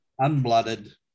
unblooded